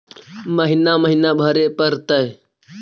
महिना महिना भरे परतैय?